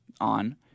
on